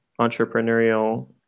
entrepreneurial